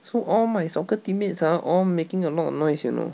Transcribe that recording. so all my soccer teammates ah all making a lot of noise you know